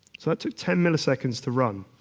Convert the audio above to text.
so that took ten milliseconds to run.